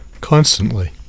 constantly